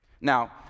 Now